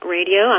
Radio